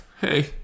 Hey